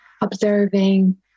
observing